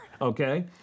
okay